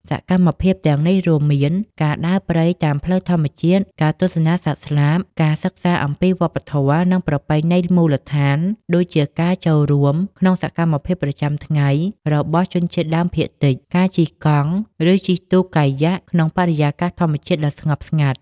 សកម្មភាពទាំងនេះរួមមាន ការដើរព្រៃតាមផ្លូវធម្មជាតិ ការទស្សនាសត្វស្លាប ការសិក្សាអំពីវប្បធម៌ និងប្រពៃណីមូលដ្ឋាន ដូចជាការចូលរួមក្នុងសកម្មភាពប្រចាំថ្ងៃរបស់ជនជាតិដើមភាគតិច ការជិះកង់ ឬជិះទូកកាយ៉ាក់ក្នុងបរិយាកាសធម្មជាតិដ៏ស្ងប់ស្ងាត់។